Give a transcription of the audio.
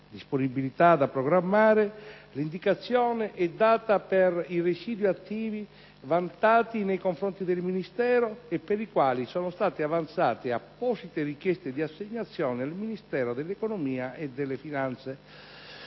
«Disponibilità da programmare», l'indicazione è data per i residui attivi vantati nei confronti del Ministero e per i quali sono state avanzate apposite richieste di assegnazione al Ministero dell'economia e delle finanze.